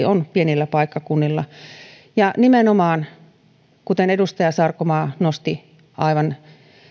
on pienillä paikkakunnilla ja nimenomaan kuten edustaja sarkomaa nosti aivan